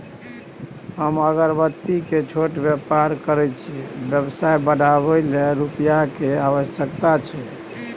हम अगरबत्ती के छोट व्यापार करै छियै व्यवसाय बढाबै लै रुपिया के आवश्यकता छै?